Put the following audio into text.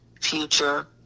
future